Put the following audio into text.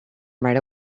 right